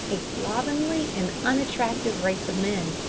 a slovenly and unattractive race of men.